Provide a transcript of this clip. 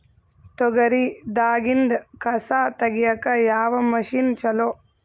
ತೊಗರಿ ದಾಗಿಂದ ಕಸಾ ತಗಿಯಕ ಯಾವ ಮಷಿನ್ ಚಲೋ?